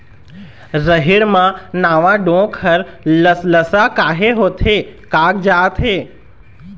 रहेड़ म नावा डोंक हर लसलसा काहे होथे कागजात हे?